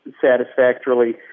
satisfactorily